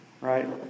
Right